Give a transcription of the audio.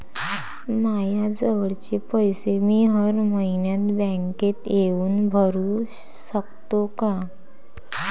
मायाजवळचे पैसे मी हर मइन्यात बँकेत येऊन भरू सकतो का?